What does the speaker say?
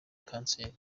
kanseri